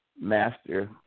Master